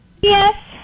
Yes